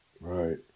Right